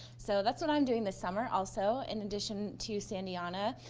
so that's what i am doing this summer also, in addition to sandiana.